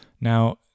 Now